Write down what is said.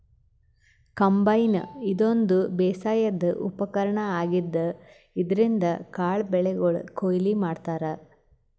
combine ಇದೊಂದ್ ಬೇಸಾಯದ್ ಉಪಕರ್ಣ್ ಆಗಿದ್ದ್ ಇದ್ರಿನ್ದ್ ಕಾಳ್ ಬೆಳಿಗೊಳ್ ಕೊಯ್ಲಿ ಮಾಡ್ತಾರಾ